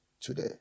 today